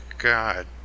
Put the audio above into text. God